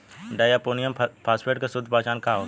Di ammonium phosphate के शुद्ध पहचान का होखे?